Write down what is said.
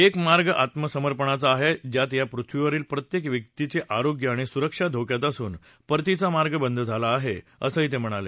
एक मार्ग आत्मसमर्पणचा आहे ज्यात या पृथ्वीवरील प्रत्येक व्यक्तीचे आरोष्य आणि सुरक्षा धोक्यात असून परतीचा मार्ग झाला आहे असे ते म्हणाले